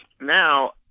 now